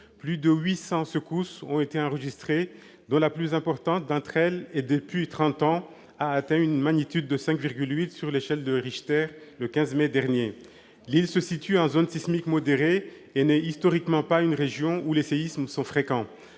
Plus de 800 secousses ont été enregistrées, dont la plus importante d'entre elles et depuis trente ans, a atteint une magnitude de 5,8 sur l'échelle de Richter, le 15 mai dernier. L'île se situe en zone sismique modérée et n'est historiquement pas une région où les séismes sont fréquents.